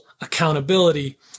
accountability